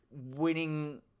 winning